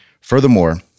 Furthermore